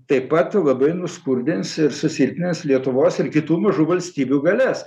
taip pat labai nuskurdins ir susilpnins lietuvos ir kitų mažų valstybių galias